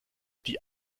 die